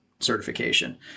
Certification